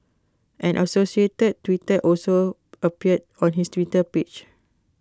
an associated tweet also appeared on his Twitter page